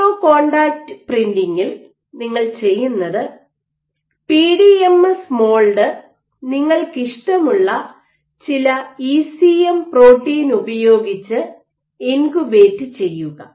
micro contact പ്രിന്റിംഗിൽ നിങ്ങൾ ചെയ്യുന്നത് P D M S mould നിങ്ങൾക്കിഷ്ടമുള്ള ചില ഇസിഎം പ്രോട്ടീൻ ഉപയോഗിച്ച് ഇൻകുബേറ്റ് ചെയ്യുക